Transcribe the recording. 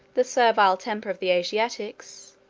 the servile temper of the asiatics,